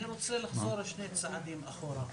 אני רוצה לחזור שני צעדים אחורה.